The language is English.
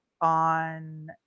on